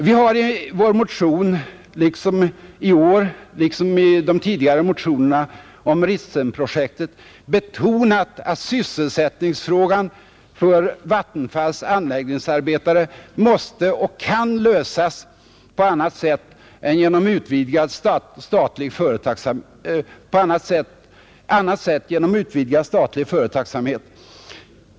Vi har i vår motion i år liksom i de tidigare motionerna om Ritsemprojektet betonat att sysselsättningsfrågan för Vattenfalls anläggningsarbetare måste och kan lösas på annat sätt, genom utvidgad statlig företagsamhet.